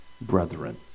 brethren